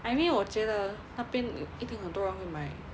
I mean 我觉得那边一定很多人会买